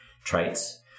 traits